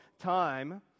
time